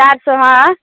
चारि सए हाँ